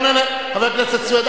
חבר הכנסת סוייד,